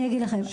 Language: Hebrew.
אני אגיד לכם.